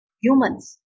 Humans